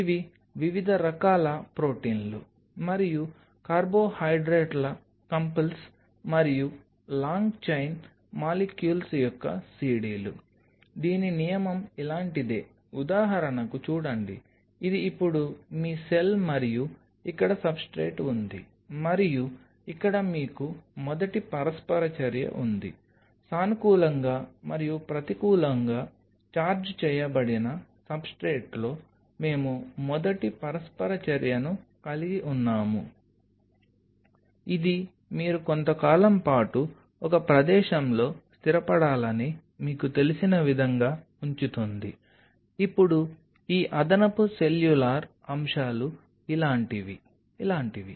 ఇవి వివిధ రకాల ప్రొటీన్లు మరియు కార్బోహైడ్రేట్ల కంపుల్స్ మరియు లాంగ్ చైన్ మాలిక్యూల్స్ యొక్క CDలు దీని నియమం ఇలాంటిదే ఉదాహరణకు చూడండి ఇది ఇప్పుడు మీ సెల్ మరియు ఇక్కడ సబ్స్ట్రేట్ ఉంది మరియు ఇక్కడ మీకు మొదటి పరస్పర చర్య ఉంది సానుకూలంగా మరియు ప్రతికూలంగా ఛార్జ్ చేయబడిన సబ్స్ట్రేట్లో మేము మొదటి పరస్పర చర్యను కలిగి ఉన్నాము ఇది మీరు కొంత కాలం పాటు ఒక ప్రదేశంలో స్థిరపడాలని మీకు తెలిసిన విధంగా ఉంచుతుంది ఇప్పుడు ఈ అదనపు సెల్యులార్ అంశాలు ఇలాంటివి ఇలాంటివి